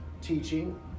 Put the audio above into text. teaching